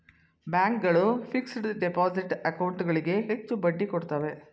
bank ಗಳು fixed deposit account ಗಳಿಗೆ ಹೆಚ್ಚು ಬಡ್ಡಿ ಕೊಡುತ್ತವೆ